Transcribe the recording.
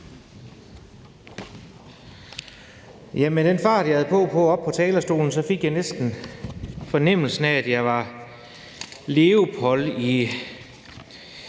(S): Med den fart, jeg havde på op mod talerstolen, fik jeg næsten fornemmelsen af, at jeg var Leopold i